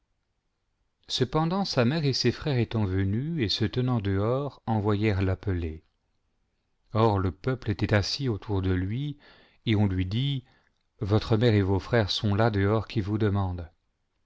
cependant sa mère et ses frères étant venus et se tenant dehors envoyèrent l'appeler or le peuple était assis autour de lui et on lui dit votre mère et vos frères sont là dehors m vous demandent